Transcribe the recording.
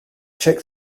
check